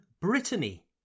Brittany